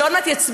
שעוד מעט יצביעו,